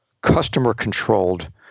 customer-controlled